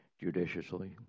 judiciously